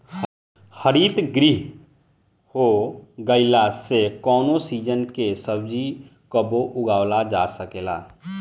हरितगृह हो गईला से कवनो सीजन के सब्जी कबो उगावल जा सकेला